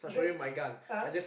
that ah